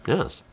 Yes